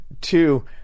two